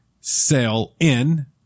sell-in